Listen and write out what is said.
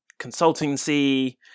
consultancy